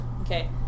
Okay